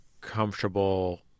comfortable